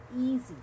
easy